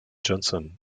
johnson